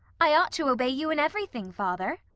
i ought to obey you in everything, father.